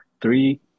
three